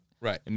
Right